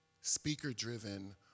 speaker-driven